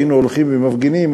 היינו הולכים ומפגינים,